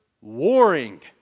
warring